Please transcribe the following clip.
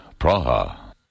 Praha